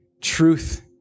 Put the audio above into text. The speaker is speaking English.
truth